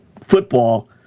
football